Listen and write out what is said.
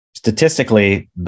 Statistically